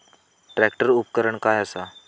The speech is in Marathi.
ट्रॅक्टर उपकरण काय असा?